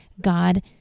God